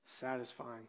satisfying